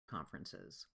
conferences